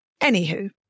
anywho